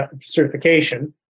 certification